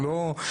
אנחנו לא,